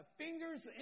fingers